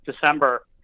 December